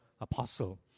apostle